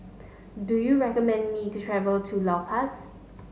do you recommend me to travel to La Paz